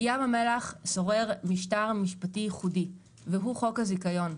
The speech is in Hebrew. בים המלח שורר משטר משפטי ייחודי והוא חוק הזיכיון.